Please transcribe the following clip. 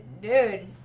dude